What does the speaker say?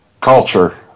culture